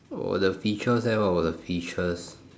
oh the features there what about the features